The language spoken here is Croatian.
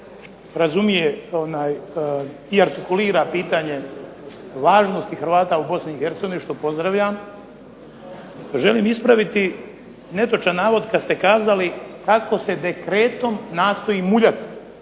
razumije i artikulira pitanje važnosti Hrvata u Bosni i Hercegovini što pozdravljam. Želim ispraviti netočan navoda kada se kazali kako se dekretom nastoji muljati